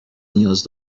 نیاز